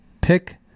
pick